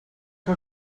que